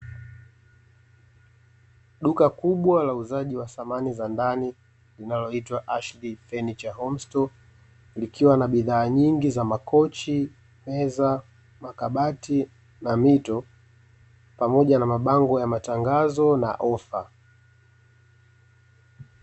Duka kubwa la uuzaji wa samani za ndani, linaloitwa "ASHLEY FUNITURE HOMESTORE", likiwa na bidhaa nyingi za makochi, meza, makabati, na mito, pamoja na mabango ya matangazo na ofa.